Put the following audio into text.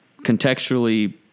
contextually